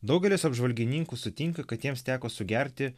daugelis apžvalgininkų sutinka kad jiems teko sugerti